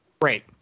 Great